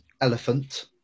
elephant